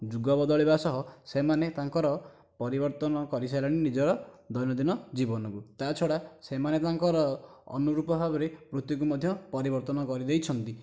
ଯୁଗ ବଦଳିବା ସହ ସେମାନେ ତାଙ୍କର ପରିବର୍ତ୍ତନ କରିସାରିଲେଣି ନିଜର ଦୈନନ୍ଦିନ ଜୀବନକୁ ତାହା ଛଡ଼ା ସେମାନେ ତାଙ୍କର ଅନୁରୂପ ଭାବରେ ବୃତ୍ତିକୁ ମଧ୍ୟ ପରିବର୍ତ୍ତନ କରିଦେଇଛନ୍ତି